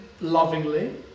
lovingly